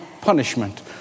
punishment